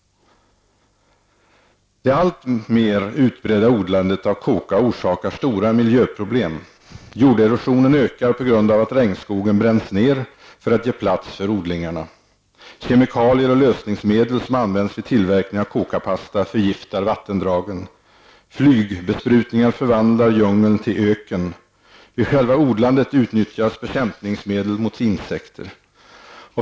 Det alltmer utbredda odlandet av koka orsakar stora miljöproblem. Jorderosionen ökar på grund av att regnskogen bränns ner för att ge plats för odlingarna. Kemikalier och lösningsmedel som används vid tillverkningen av kokapasta förgiftar vattendragen. Flygbesprutningar förvandlar djungeln till öken. Vid själva odlandet utnyttjas bekämpningsmedel mot insekter.